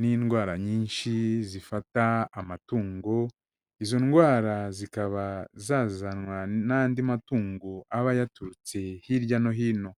n'indwara nyinshi zifata amatungo, izo ndwara zikaba zazanwa n'andi matungo aba yaturutse hirya no hino.